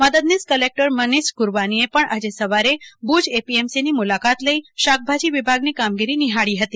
મદદનીશ કલેકટર મનીષ ગુરવાનીએ પણ આજે સવારે ભુજ એપીએમસીની મુલાકાત લઇ શાકભાજી વિભાગની કામગીરી નિહાળી હતી